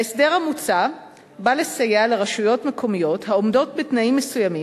ההסדר המוצע בא לסייע לרשויות מקומיות העומדות בתנאים מסוימים,